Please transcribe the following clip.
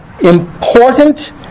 important